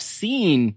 seen